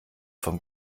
vom